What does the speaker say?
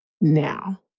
now